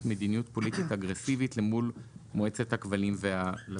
מדיניות פוליטית אגרסיבית למול מועצת הכבלים והלוויין'.